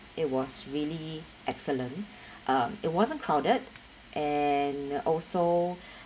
it was really excellent um it wasn't crowded and also